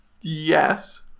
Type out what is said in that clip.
Yes